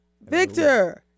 Victor